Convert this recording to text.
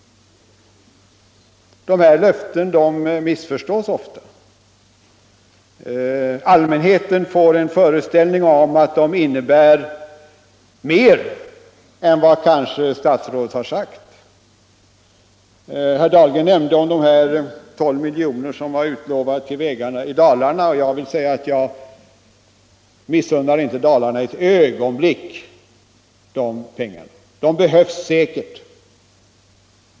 Dessa löften missförstås ofta. Allmänheten får en föreställning om att de innebär mer än vad kanske statsrådet har sagt. Herr Dahlgren nämnde de 12 milj.kr. som var utlovade till vägarna i Dalarna. Jag missunnar inte Dalarna ett ögonblick de pengarna — de behövs säkert.